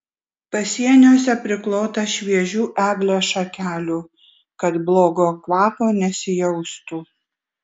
pasieniuose priklota šviežių eglės šakelių kad blogo kvapo nesijaustų